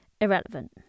irrelevant